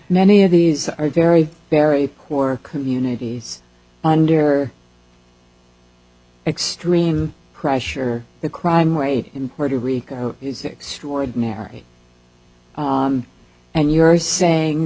many of these are very very poor communities under extreme pressure the crime rate in puerto rico extraordinary and you're saying